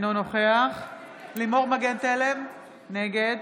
אינו נוכח לימור מגן תלם, נגד